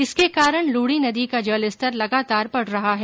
इसके कारण लूणी नदी का जलस्तर लगातार बढ रहा है